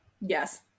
Yes